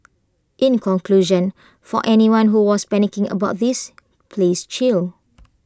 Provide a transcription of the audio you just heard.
in conclusion for anyone who was panicking about this please chill